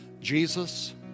Jesus